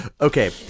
okay